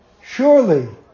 surely